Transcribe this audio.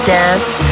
dance